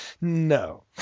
no